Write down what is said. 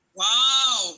wow